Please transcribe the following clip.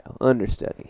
Understudy